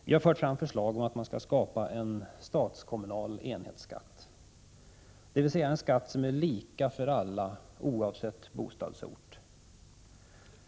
Vi har fört fram förslag om att skapa en statskommunal enhetsskatt, dvs. en skatt som är lika för alla oavsett bostadsort.